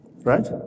Right